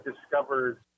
discovered